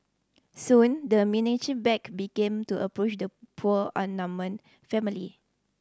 soon the menacing back began to approach the poor outnumbered family